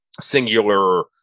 singular